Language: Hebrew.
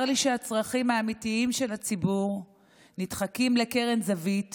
צר לי שהצרכים האמיתיים של הציבור נדחקים לקרן זווית